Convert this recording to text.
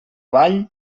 ball